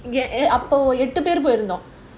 ya and அப்போ எட்டு பேரு போயிருந்தோம்:appo ettu peru poirunthom